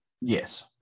Yes